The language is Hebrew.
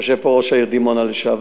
יושב פה ראש העיר דימונה לשעבר,